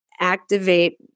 activate